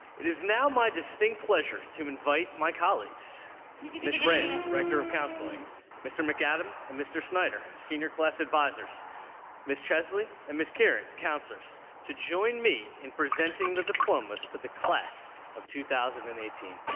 it is now my distinct pleasure to invite my colleagues ms. reyes director of counseling and mr. mcadam and mr. snyder, senior class advisors miss chesley and miss karen counselors to join me in presenting the diplomas to the class of two thousand and eighteen